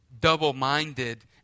double-minded